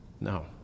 no